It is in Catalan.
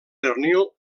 pernil